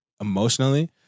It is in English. emotionally